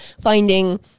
finding